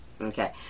okay